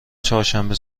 چهارشنبه